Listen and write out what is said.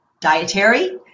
dietary